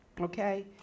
Okay